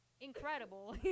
incredible